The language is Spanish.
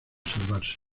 salvarse